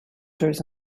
and